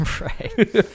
Right